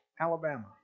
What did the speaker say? Alabama